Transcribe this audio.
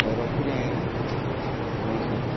ହେଉ ରଖୁଛେ ଆଜ୍ଞା ନମସ୍କାର